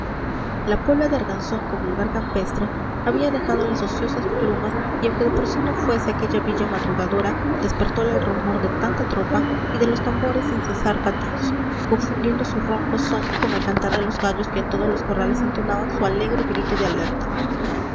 la puebla de arganzón como lugar campestre había dejado las ociosas plumas y aunque de por sí no fuese aquella villa madrugadora despertola el rumor de tanta tropa y de los tambores sin cesar batidos confundiendo su ronco son con el cantar de los gallos que en todos los corrales entonaban su alegre grito de alerta